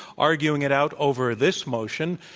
arguing it out over this motion,